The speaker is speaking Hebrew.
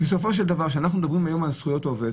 בסופו של דבר כשאנחנו מדברים היום על זכויות העובד,